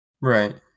Right